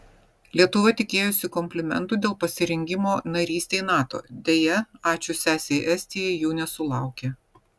lietuva tikėjosi komplimentų dėl pasirengimo narystei nato deja ačiū sesei estijai jų nesulaukė